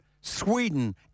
sweden